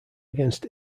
against